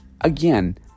again